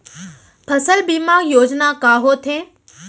फसल बीमा योजना का होथे?